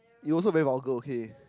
you also very vulgar okay